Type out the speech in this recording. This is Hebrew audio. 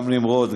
גם נמרוד,